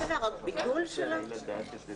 אלא רק ביטול של התקנה?